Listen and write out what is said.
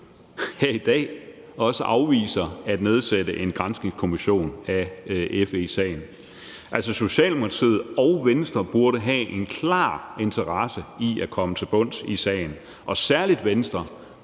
her i dag afviser at nedsætte en granskningskommission af FE-sagen. Altså, Socialdemokratiet og Venstre burde have en klar interesse i at komme til bunds i sagen, og særlig Venstre